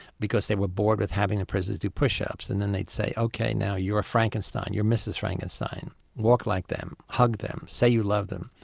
because they were bored with having the prisoners doing push-ups. and and they'd say ok now you're frankenstein, you're mrs frankenstein walk like them, hug them, say you love them.